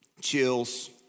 chills